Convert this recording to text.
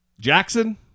Jackson